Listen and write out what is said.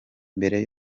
mbere